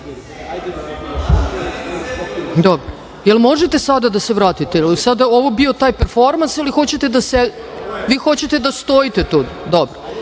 Dobro. Jel možete sada da se vratite? Sada je ovo bio taj performans ili vi hoćete da stojite tu? Evo,